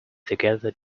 together